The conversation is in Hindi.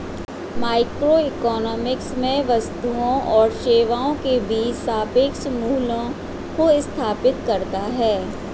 माइक्रोइकोनॉमिक्स में वस्तुओं और सेवाओं के बीच सापेक्ष मूल्यों को स्थापित करता है